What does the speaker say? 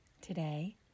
Today